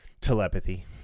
telepathy